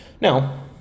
now